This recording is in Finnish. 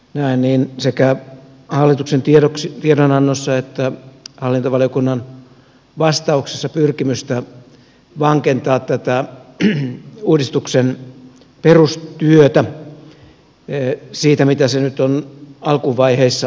näen sekä hallituksen tiedonannossa että hallintovaliokunnan vastauksessa pyrkimystä vankentaa tätä uudistuksen perustyötä siitä mitä se nyt on alkuvaiheissa ollut